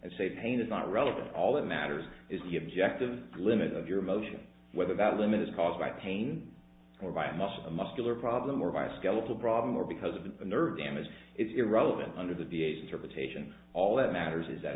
and say pain is not relevant all that matters is the objective limit of your emotion whether that caused by pain or by a muscle a muscular problem or via skeletal problem or because of the nerve damage is irrelevant under the v a s interpretation all that matters is that